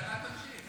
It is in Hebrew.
שהממשלה תמשיך,